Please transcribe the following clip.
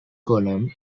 column